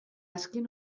azken